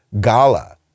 gala